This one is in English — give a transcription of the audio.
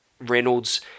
Reynolds